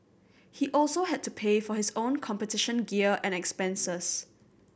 he also had to pay for his own competition gear and expenses